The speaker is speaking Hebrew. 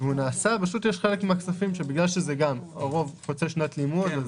יש חלק מהכספים, בגלל שהרוב חוצה שנת לימוד.